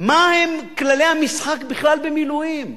מה הם כללי המשחק בכלל במילואים.